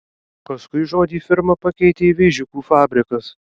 paskui žodį firma pakeitė vėžiukų fabrikas